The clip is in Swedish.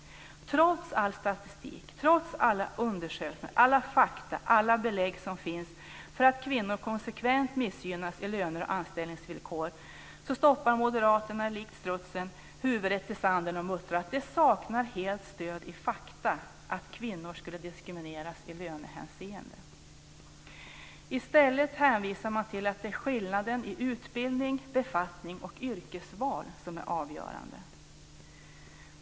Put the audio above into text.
Trots all statistik, trots alla undersökningar, alla fakta, alla belägg som finns för att kvinnor konsekvent missgynnas i fråga om löne och anställningsvillkor stoppar moderaterna likt strutsen huvudet i sanden och muttrar att det helt saknar stöd i fakta att kvinnor skulle diskrimineras i lönehänseende. I stället hänvisar man till att det är skillnaden i utbildning, befattning och yrkesval som är avgörande.